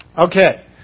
Okay